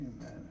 amen